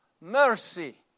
mercy